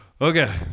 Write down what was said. okay